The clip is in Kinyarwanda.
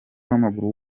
w’amaguru